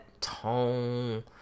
tone